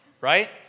right